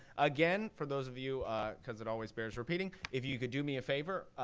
again, for those of you because it always bears repeating if you could do me a favor,